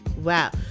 Wow